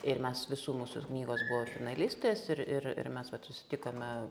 ir mes visų mūsų knygos buvo žurnalistės ir ir ir mes vat susitikome